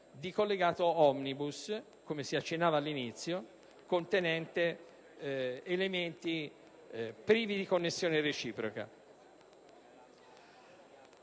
di provvedimento *omnibus*, come si accennava all'inizio, contenente cioè elementi privi di connessione reciproca.